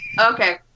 Okay